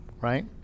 right